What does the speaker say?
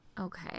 Okay